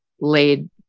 laid